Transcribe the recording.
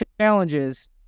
challenges